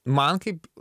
man kaip